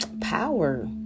power